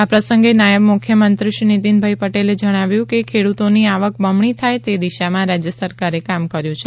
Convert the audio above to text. આ પ્રસંગે નાયબ મુખ્યમંત્રીશ્રી નીતીનભાઈ પટેલે જણાવ્યું હતું કે ખેડૂતોની આવક બમણી થાય તે દિશામાં રાજ્ય સરકારે કામ કર્યું છે